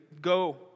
Go